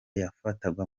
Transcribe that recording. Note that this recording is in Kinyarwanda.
yafatwaga